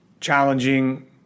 challenging